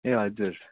ए हजुर